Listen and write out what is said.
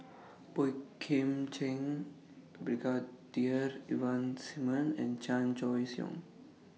Boey Kim Cheng Brigadier Ivan Simson and Chan Choy Siong